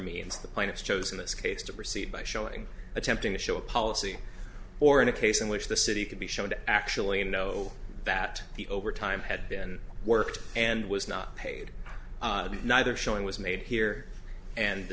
means the plaintiff chose in this case to proceed by showing attempting to show a policy or in a case in which the city could be shown to actually know that the overtime had been worked and was not paid neither showing was made here and the